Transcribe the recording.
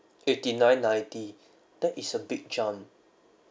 eighty nine ninety that is a big john